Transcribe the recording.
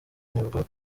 nibwo